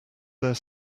there